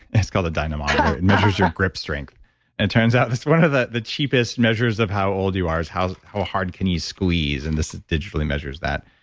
it's called a dynamometer and measures your grip strength. and it turns out this is one of the the cheapest measures of how old you are, is how how hard can you squeeze and this digitally measures that.